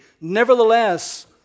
nevertheless